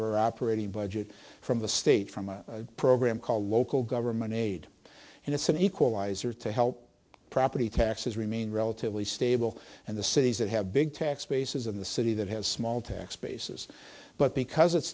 our operating budget from the state from a program called local government aid and it's an equalizer to help property taxes remain relatively stable and the cities that have big tax bases in the city that have small tax bases but because it's